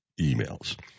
emails